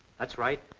that's right.